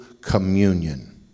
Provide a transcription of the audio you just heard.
Communion